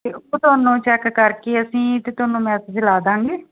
ਉਹ ਤੁਹਾਨੂੰ ਚੈੱਕ ਕਰਕੇ ਅਸੀਂ ਅਤੇ ਤੁਹਾਨੂੰ ਮੈਸੇਜ ਲਾ ਦਾਂਗੇ